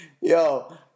yo